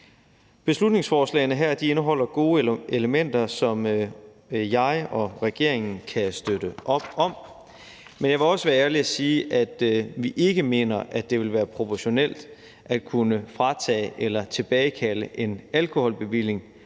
Beslutningsforslagene her indeholder gode elementer, som jeg og regeringen kan støtte op om, men jeg vil også være ærlig og sige, at vi ikke mener, at det vil være proportionalt at kunne fratage eller tilbagekalde en alkoholbevilling